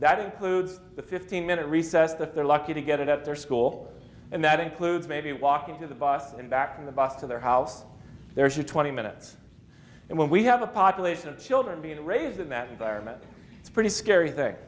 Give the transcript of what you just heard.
that includes the fifteen minute recess that they're lucky to get at their school and that includes maybe walking to the bus and back on the bus to their house there are twenty minutes and when we have a population of children being raised in that environment it's pretty scary thing